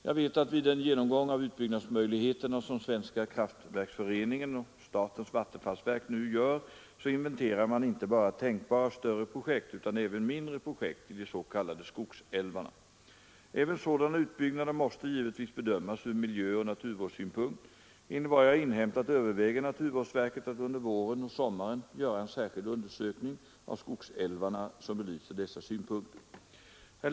Jag vet att vid den genomgång av utbyggnadsmöjligheterna som Svenska kraftverksföreningen och statens vattenfallsverk nu gör så inventerar man inte bara tänkbara större projekt utan även mindre projekt i de s.k. skogsälvarna. Även sådana utbyggnader måste givetvis bedömas från miljöoch naturvårdssynpunkt. Enligt vad jag inhämtat överväger naturvårdsverket att under våren och sommaren göra en särskild undersökning av skogsälvarna som belyser dessa synpunkter.